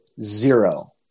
zero